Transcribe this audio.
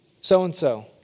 so-and-so